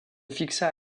fixa